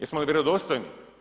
Jesmo li vjerodostojni?